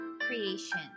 Creation